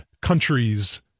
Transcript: countries